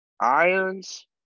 irons